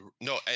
No